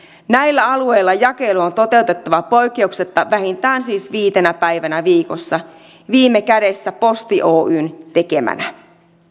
näillä alueilla jakelu on siis toteutettava poikkeuksetta vähintään viitenä päivänä viikossa viime kädessä posti oyjn tekemänä